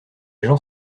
gens